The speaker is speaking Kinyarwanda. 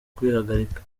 kwihagarika